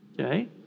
Okay